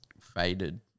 Faded